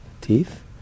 teeth